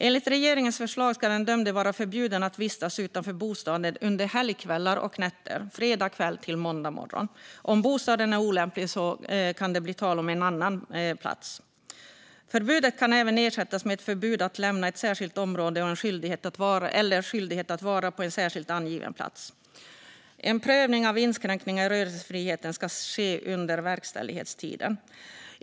Enligt regeringens förslag ska den dömde vara förbjuden att vistas utanför bostaden under helgkvällar och nätter från fredag kväll till måndag morgon. Om bostaden är olämplig kan en annan plats bli aktuell. Förbudet kan även ersättas med ett förbud att lämna ett särskilt område eller en skyldighet att vara på en särskilt angiven plats. En prövning av inskränkningar i rörelsefriheten ska ske under verkställighetstiden.